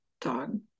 dog